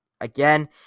again